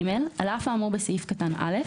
(ג) על אף האמור בסעיף קטן (א),